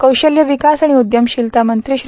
कौशल्य विकास आणि उद्यमशीलता मंत्री श्री